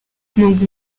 nubwo